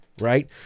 right